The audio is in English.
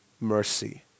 mercy